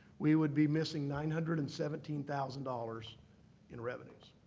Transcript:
we would be missing nine hundred and seventeen thousand dollars in revenues.